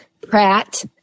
pratt